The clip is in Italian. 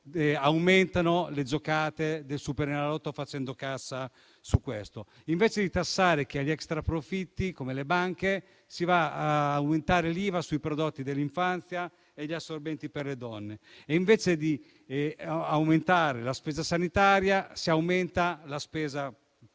aumentando le giocate del Superenalotto e facendo cassa su questo. Invece di tassare gli extraprofitti, come quelli delle banche, si va a aumentare l'IVA sui prodotti per l'infanzia e gli assorbenti per le donne; invece di aumentare la spesa sanitaria, si aumenta la spesa